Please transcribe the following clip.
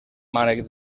mànec